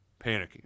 panicking